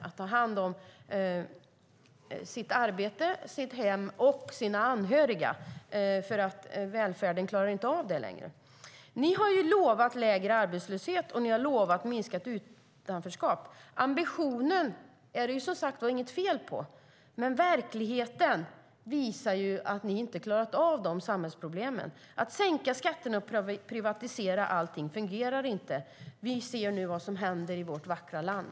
De ska sköta sitt arbete och sitt hem och också ta hand om sina anhöriga, då välfärden inte längre klarar av det. Ni har lovat lägre arbetslöshet och minskat utanförskap. Ambitionen är det inget fel på, men verkligheten visar att ni inte klarat av de samhällsproblemen. Att sänka skatterna och privatisera allt fungerar inte. Vi ser nu vad som händer i vårt vackra land.